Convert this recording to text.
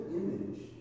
image